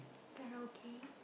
karaoke